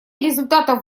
результатов